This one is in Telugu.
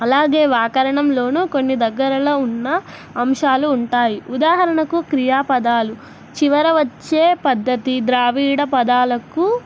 అలాగే వ్యాకరణంలోనూ కొన్ని దగ్గరలో ఉన్న అంశాలు ఉంటాయి ఉదాహరణకు క్రియా పదాలు చివర వచ్చే పద్ధతి ద్రావిడ పదాలకు